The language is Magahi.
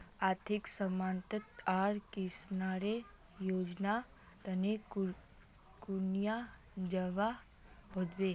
आर्थिक सहायता आर किसानेर योजना तने कुनियाँ जबा होबे?